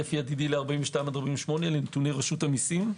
צפי עתידי ל-42 עד 48, נתוני רשות המיסים,